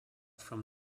from